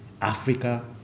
Africa